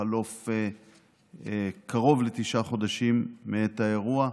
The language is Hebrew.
בחלוף קרוב לתשעה חודשים מעת האירוע.